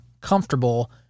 comfortable